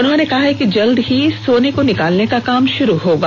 उन्होंने कहा है कि जल्द ही इस सोने को निकालने का काम शुरू होगा